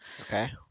Okay